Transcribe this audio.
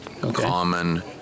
common